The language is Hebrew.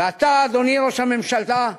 ואתה, אדוני ראש הממשלה,